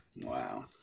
Wow